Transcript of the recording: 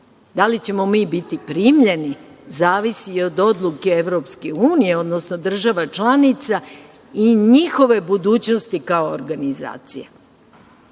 EU.Da li ćemo mi biti primljeni, zavisi od odluke EU, odnosno država članica i njihove budućnosti kao organizacija.